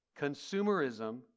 Consumerism